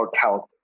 health